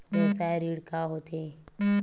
व्यवसाय ऋण का होथे?